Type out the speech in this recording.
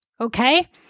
Okay